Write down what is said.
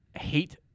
hate